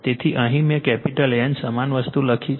તેથી અહીં મેં કેપિટલ N સમાન વસ્તુ લખી છે